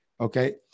okay